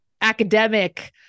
academic